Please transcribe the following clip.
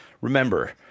remember